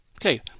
Okay